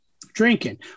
drinking